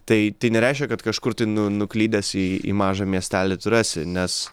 tai tai nereiškia kad kažkur tai nuklydęs į mažą miestelį tu rasi nes